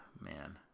Man